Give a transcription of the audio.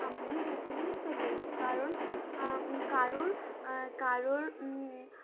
আমি হচ্ছিলাম সেকেন্ড কারণ কারোর কারোর